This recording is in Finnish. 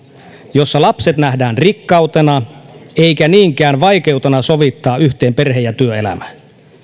jossa lapset nähdään rikkautena eikä niinkään vaikeutena sovittaa yhteen perhe ja työelämä